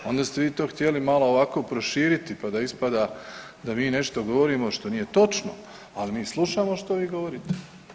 Onda ste vi to htjeli malo ovako proširiti pa da ispada da mi nešto govorimo što nije točno, ali mi slušamo što vi govorite.